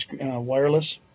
wireless